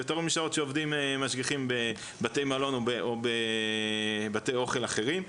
זה יותר משעות שעובדים משגיחים בבתי מלון או בבתי אוכל אחרים.